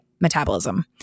metabolism